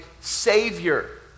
savior